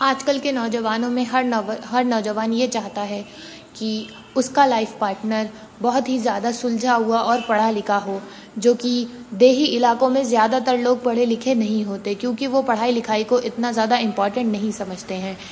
آج کل کے نوجوانوں میں ہر نو نوجوان یہ چاہتا ہے کہ اس کا لائف پاٹنر بہت ہی زیادہ سلجھا ہوا اور پڑھا لکھا ہو جوکہ دیہی علاقوں میں زیادہ تر لوگ پڑھے لکھے نہیں ہوتے کیونکہ وہ پڑھائی لکھائی کو اتنا زیادہ امپوٹنٹ نہیں سمجھتے ہیں